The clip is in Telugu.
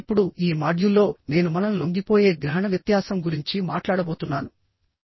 ఇప్పుడు ఈ మాడ్యూల్లో నేను మనం లొంగిపోయే గ్రహణ వ్యత్యాసం గురించి మాట్లాడబోతున్నాను